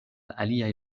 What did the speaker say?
aliaj